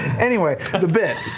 anyway, the bit.